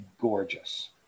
gorgeous